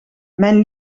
mijn